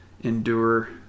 endure